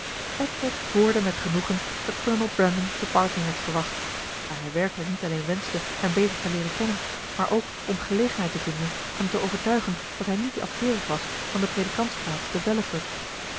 edward hoorde met genoegen dat kolonel brandon te barton werd verwacht daar hij werkelijk niet alleen wenschte hem beter te leeren kennen maar ook om gelegenheid te vinden hem te overtuigen dat hij niet afkeerig was van de predikantsplaats te